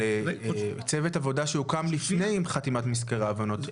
לצוות עבודה שהוקם לפני חתימת מזכר ההבנות.